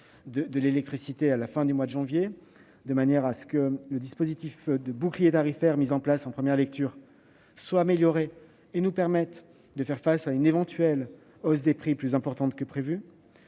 de l'électricité à la fin du mois de janvier, de manière que le bouclier tarifaire mis en place en première lecture soit amélioré et nous permette de faire face à une éventuelle hausse des prix plus importante que prévu.